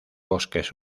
bosques